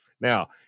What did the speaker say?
Now